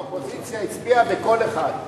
ולכן האופוזיציה הצביעה בקול אחד.